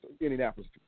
Indianapolis